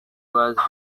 was